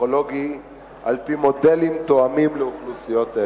פסיכולוגי על-פי מודלים תואמים לאוכלוסיות אלו.